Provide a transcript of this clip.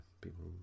People